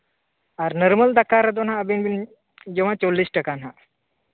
ᱟᱨ normal ᱫᱟᱠᱟ ᱨᱮᱫᱚ ᱦᱟᱸᱜ ᱟᱹᱵᱤᱱ ᱵᱤᱱ ᱡᱚᱢᱟ ᱪᱚᱞᱞᱤᱥ ᱴᱟᱠᱟ ᱦᱟᱸᱜ